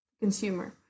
consumer